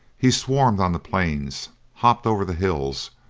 he swarmed on the plains, hopped over the hills,